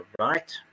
right